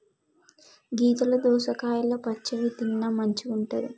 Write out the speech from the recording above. గీతల దోసకాయలు పచ్చివి తిన్న మంచిగుంటది